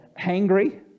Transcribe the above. hangry